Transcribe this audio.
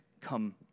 come